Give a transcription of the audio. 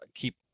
keep